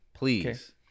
Please